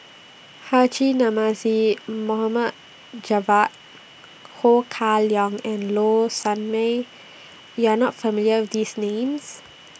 Haji Namazie Mohd Javad Ho Kah Leong and Low Sanmay YOU Are not familiar with These Names